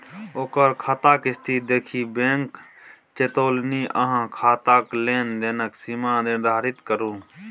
ओकर खाताक स्थिती देखि बैंक चेतोलनि अहाँ खाताक लेन देनक सीमा निर्धारित करू